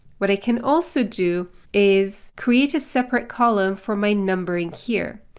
what i can also do is create a separate column for my numbering here.